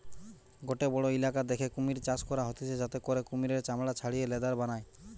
গটে বড়ো ইলাকা দ্যাখে কুমির চাষ করা হতিছে যাতে করে কুমিরের চামড়া ছাড়িয়ে লেদার বানায়